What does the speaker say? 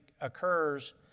occurs